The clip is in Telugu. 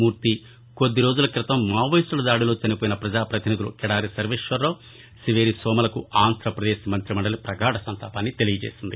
మూర్తి కొద్దిరోజుల క్రితం మావోయిస్టుల దాడిలో చనిపోయిన పజా పతినిధులు కిడారి సర్వేశ్వరరావు సివేరి సోములకు ఆంధ్రాపదేశ్ మంతి మండలి పగాఢ సంతాపాన్ని తెలియచేసింది